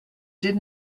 did